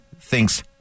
thinks